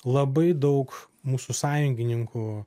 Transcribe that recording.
labai daug mūsų sąjungininkų